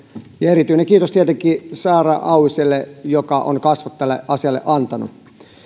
ja erityinen kiitos tietenkin saara auviselle joka on antanut kasvot tälle asialle